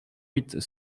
huit